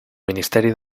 ministeri